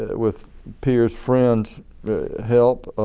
with pierre's friends' help,